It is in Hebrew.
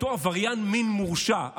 אותו עבריין מין מורשע,